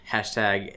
Hashtag